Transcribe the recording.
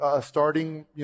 starting